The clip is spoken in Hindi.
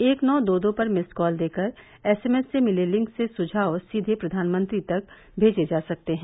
एक नौ दो दो पर मिस्ड कोत देकर एसएमएस से मिले लिंक से सुझाव सीघे प्रधानमंत्री तक भेजे जा सकते हैं